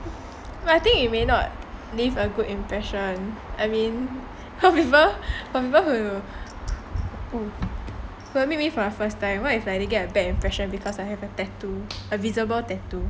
I think it may not leave a good impression I mean how people got who will meet me for first time what if they get a bad impression because I have a tattoo a visible tattoo